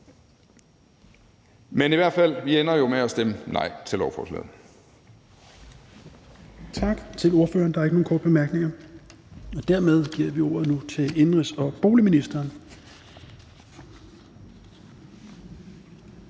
Men i hvert fald ender vi jo med at stemme nej til lovforslaget.